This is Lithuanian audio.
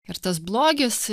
ir tas blogis